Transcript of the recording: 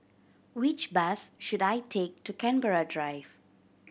which bus should I take to Canberra Drive